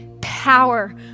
power